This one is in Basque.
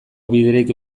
biderik